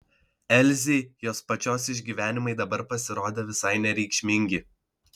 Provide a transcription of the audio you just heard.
elzei jos pačios išgyvenimai dabar pasirodė visai nereikšmingi